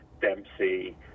Dempsey